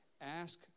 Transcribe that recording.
ask